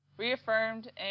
reaffirmed